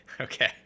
Okay